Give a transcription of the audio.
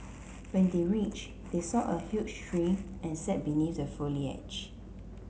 when they reached they saw a huge tree and sat beneath the foliage